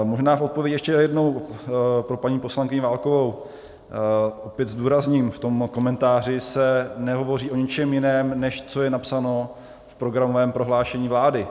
Možná v odpovědi ještě jednou pro paní poslankyni Válkovou zdůrazním: V tom komentáři se nehovoří o ničem jiném, než co je napsáno v programovém prohlášení vlády.